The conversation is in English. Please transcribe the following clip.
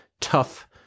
tough